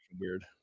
weird